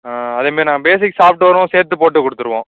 அதேமாரி நான் பேசிக் சாஃப்ட்வேரும் சேர்த்து போட்டு கொடுத்துருவோம்